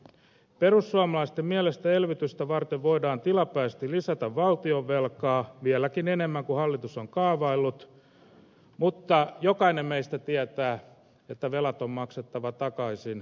perussuomalaisten mielestä elvytystä varten voidaan tilapäisesti lisätä valtionvelkaa vieläkin enemmän kuin hallitus on kaavaillut mutta jokainen meistä tietää että velat on maksettava takaisin